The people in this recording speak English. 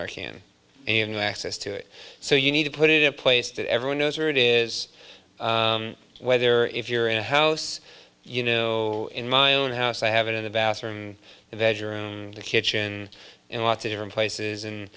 hand and no access to it so you need to put it in a place that everyone knows where it is whether if you're in a house you know in my own house i have it in the bathroom and bedroom the kitchen and want to different places and